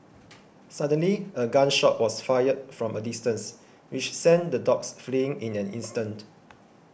suddenly a gun shot was fired from a distance which sent the dogs fleeing in an instant